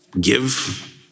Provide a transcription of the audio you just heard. give